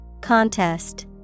Contest